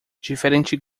diferentes